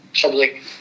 public